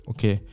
Okay